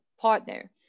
partner